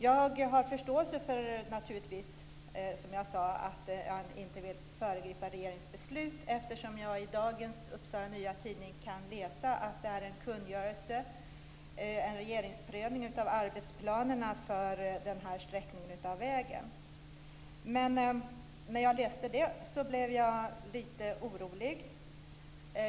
Jag har, som jag sade, naturligtvis förståelse för att näringsministern inte vill föregripa regeringens beslut eftersom jag i dagens Upsala Nya Tidning kan läsa att det är en kungörelse, en regeringsprövning av arbetsplanerna för den här sträckningen av vägen. Men när jag läste det blev jag lite orolig.